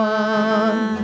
one